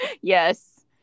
Yes